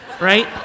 right